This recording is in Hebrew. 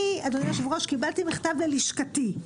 אני, אדוני היושב-ראש, קיבלתי מכתב ללשכתי,